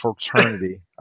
fraternity